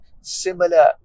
similar